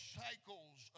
cycles